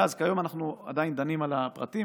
כיום אנחנו עדיין דנים על הפרטים,